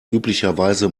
üblicherweise